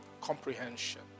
comprehension